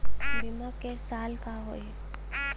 बीमा क साल क होई?